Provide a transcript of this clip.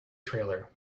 trailer